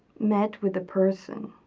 met with the person,